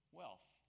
wealth